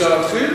אפשר להתחיל?